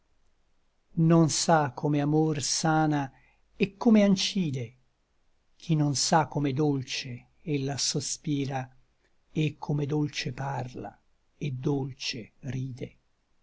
non sa come amor sana et come ancide chi non sa come dolce ella sospira et come dolce parla et dolce ride